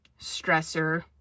stressor